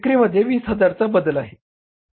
म्हणून विक्रीमध्ये 20000 चा बदल आहे